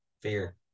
Fear